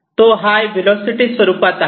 तो high velocity स्वरूपात आहे